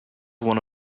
one